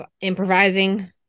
improvising